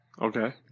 Okay